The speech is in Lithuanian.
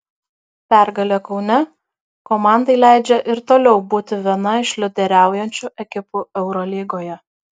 pergalė kaune komandai leidžia ir toliau būti viena iš lyderiaujančių ekipų eurolygoje